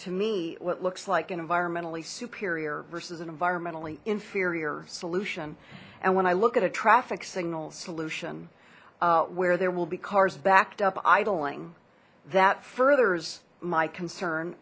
to me what looks like an environmentally superior versus an environmentally inferior solution and when i look at a traffic signal solution where there will be cars backed up idling that furthers my concern